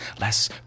less